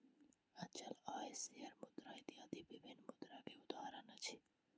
अचल आय, शेयर मुद्रा इत्यादि विभिन्न मुद्रा के उदाहरण अछि